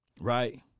Right